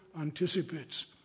anticipates